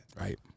Right